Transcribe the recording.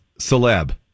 celeb